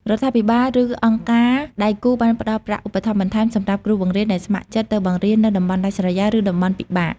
រដ្ឋាភិបាល ឬអង្គការដៃគូបានផ្តល់ប្រាក់ឧបត្ថម្ភបន្ថែមសម្រាប់គ្រូបង្រៀនដែលស្ម័គ្រចិត្តទៅបង្រៀននៅតំបន់ដាច់ស្រយាល ឬតំបន់ពិបាក។